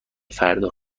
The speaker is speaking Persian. فردا